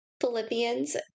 Philippians